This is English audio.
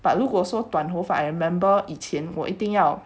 but 如果说短头发 I remember 以前我一定要